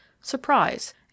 surprise